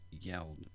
yelled